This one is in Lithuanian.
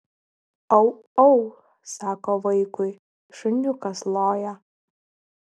au au sako vaikui šuniukas loja